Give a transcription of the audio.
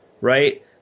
right